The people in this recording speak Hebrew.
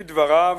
כדבריו: